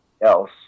else